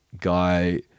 guy